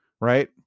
right